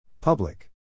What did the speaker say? Public